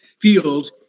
field